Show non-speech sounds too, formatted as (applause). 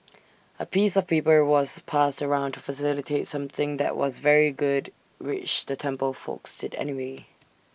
A piece of paper was passed around to facilitate something that was very good which the temple folks did anyway (noise)